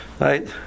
Right